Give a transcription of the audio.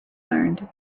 learned